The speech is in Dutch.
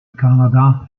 canada